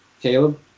Caleb